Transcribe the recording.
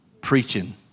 preaching